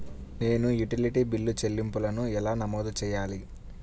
నేను utility bill చెల్లింపులను ఎలా నమోదు చేయాలి?